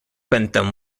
bentham